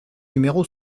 numéro